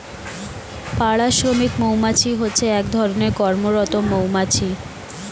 পাড়া শ্রমিক মৌমাছি হচ্ছে এক ধরণের কর্মরত মৌমাছি